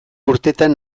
urtetan